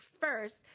first